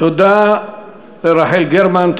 תודה ליעל גרמן.